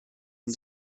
and